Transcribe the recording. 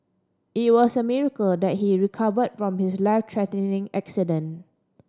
it was a miracle that he recovered from his life threatening accident